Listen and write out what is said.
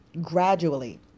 gradually